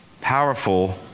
powerful